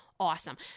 awesome